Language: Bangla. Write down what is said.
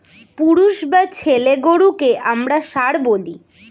পুরুষ বা ছেলে গরুকে আমরা ষাঁড় বলি